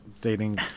dating